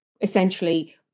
essentially